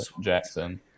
Jackson